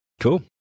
Cool